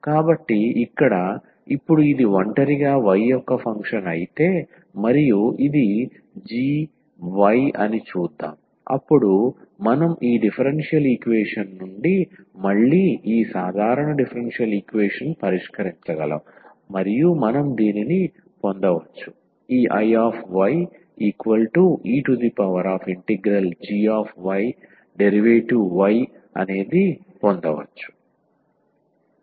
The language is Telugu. కాబట్టి ఇక్కడ ఇప్పుడు ఇది ఒంటరిగా y యొక్క ఫంక్షన్ అయితే మరియు ఇది g y అని చూద్దాం అప్పుడు మనం ఈ డిఫరెన్షియల్ ఈక్వేషన్ నుండి మళ్ళీ ఈ సాధారణ డిఫరెన్షియల్ ఈక్వేషన్ పరిష్కరించగలము మరియు మనం దీనిని పొందవచ్చు ఈ Iye∫gydy